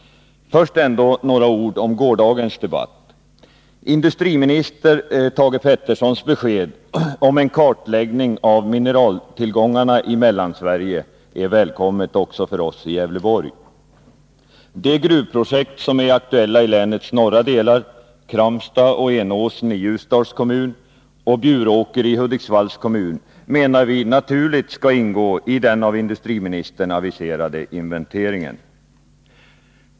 Först ändå några ord om gårdagens debatt. Industriministern Thage Petersons besked om en kartläggning av mineraltillgångarna i Mellansverige är välkommet också för oss i Gävleborg. De gruvprojekt som är aktuella i länets norra delar — Kramsta och Enåsen i Ljusdals kommun och Bjuråker i Hudiksvalls kommun — menar vi naturligt skall ingå i den av industriministern aviserade inventeringen.